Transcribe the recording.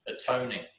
Atoning